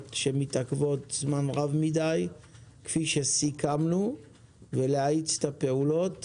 שמתעכבות זמן רב מדי כפי שסיכמנו ולהאיץ את הפעולות